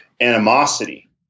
animosity